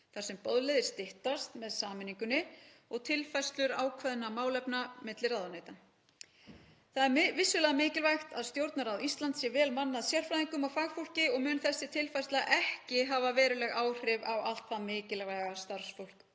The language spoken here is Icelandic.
þar sem boðleiðir styttast með sameiningunni og tilfærslu ákveðinna málefna milli ráðuneyta. Það er vissulega mikilvægt að Stjórnarráð Íslands sé vel mannað sérfræðingum og fagfólki og mun þessi tilfærsla ekki hafa veruleg áhrif á allt það mikilvæga starfsfólk